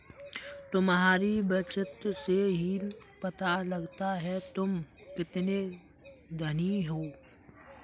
तुम्हारी बचत से ही पता लगता है तुम कितने धनी हो